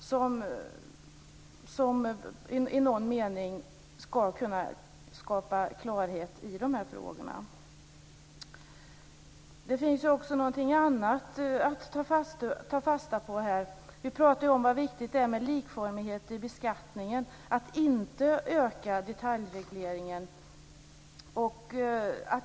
Det kommer nog att kunna skapa klarhet i de här frågorna. Det finns också något annat att ta fasta på här. Vi pratar om hur viktigt det är med likformighet i beskattningen och att vi inte ska öka detaljregleringen.